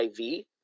iv